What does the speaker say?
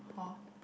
hor